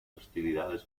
hostilidades